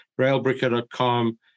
railbricker.com